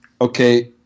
okay